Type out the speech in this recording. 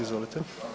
Izvolite.